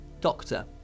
doctor